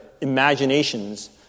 imaginations